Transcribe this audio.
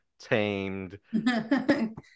tamed